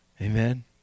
Amen